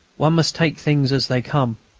one must take things as they come.